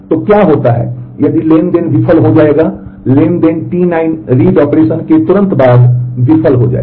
तो क्या होता है यदि ट्रांज़ैक्शन विफल हो जाएगा ट्रांज़ैक्शन T9 रीड ऑपरेशन के तुरंत बाद विफल हो जाएगा